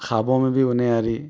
خوابوں میں بھی وہ نہیں آ رہی